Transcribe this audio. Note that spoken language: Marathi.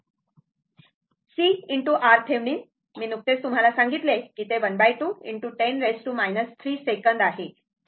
CRThevenin मी नुकतेच तुम्हाला सांगितले की ते ½ ✖ 10 3 सेकंद आहे